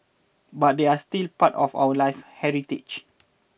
but they're still part of our live heritage